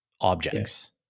objects